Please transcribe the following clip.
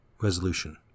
Resolution